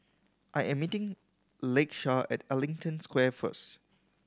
I am meeting Lakesha at Ellington Square first